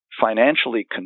financially